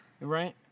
Right